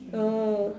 oh